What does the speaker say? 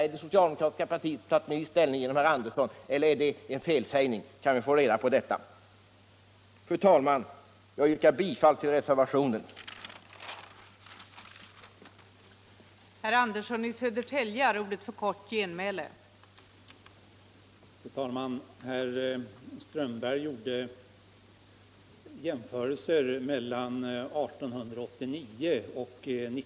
Har det socialdemokratiska partiet ändrat inställning genom herr Andersson, eller är det en felsägning? Kan vi få reda på det? Fru talman! Jag yrkar bifall till utskottets hemställan.